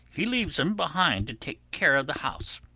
he leaves him behind to take care of the house.